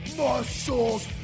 muscles